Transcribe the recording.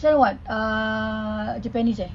this [one] what ah japanese eh